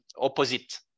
opposite